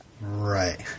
Right